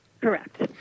Correct